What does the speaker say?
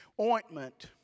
ointment